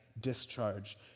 discharge